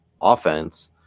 offense